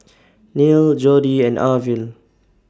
Neil Jodi and Arvil